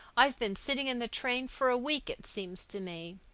i've been sitting in the train for a week, it seems to me.